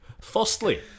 Firstly